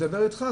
אני מדבר איתך,